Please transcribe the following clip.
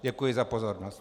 Děkuji za pozornost.